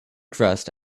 dressed